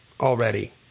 already